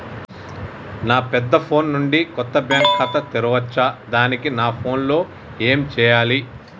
నా పెద్ద ఫోన్ నుండి కొత్త బ్యాంక్ ఖాతా తెరవచ్చా? దానికి నా ఫోన్ లో ఏం చేయాలి?